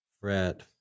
fret